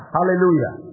Hallelujah